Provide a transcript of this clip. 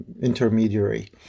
intermediary